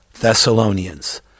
Thessalonians